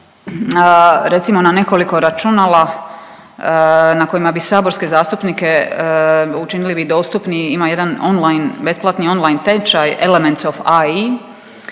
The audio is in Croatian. recimo na nekoliko računala na kojima bi saborske zastupnike učinili i dostupni. Ima jedan on-line, besplatni on-line tečaj elements of ai